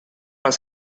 las